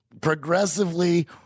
progressively